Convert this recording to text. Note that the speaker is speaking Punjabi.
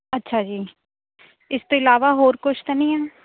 ਅੱਛਾ ਜੀ ਇਸ ਤੋਂ ਇਲਾਵਾ ਹੋਰ ਕੁਛ ਤਾਂ ਨਹੀਂ ਹੈ